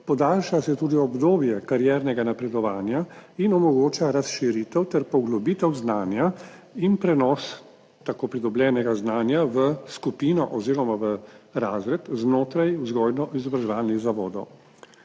podaljša se tudi obdobje kariernega napredovanja in omogoča razširitev ter poglobitev znanja in prenos tako pridobljenega znanja v skupino oziroma v razred znotraj vzgojno izobraževalnih zavodov.